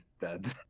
dead